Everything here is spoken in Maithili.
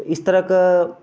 इस तरह कऽ